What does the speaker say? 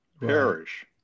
perish